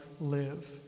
live